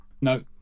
No